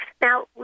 Now